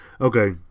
Okay